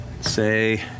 say